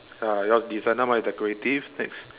ya yours is different ah mine is decorative next